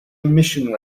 emission